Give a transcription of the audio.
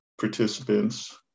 participants